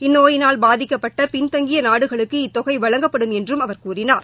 இந்நோயினால் பாதிக்கப்பட்ட பின்தங்கிய நாடுகளுக்கு இத்தொகை வழங்கப்படும் என்றும் அவர் கூறினார்